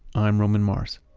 i'm roman mars.